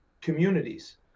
communities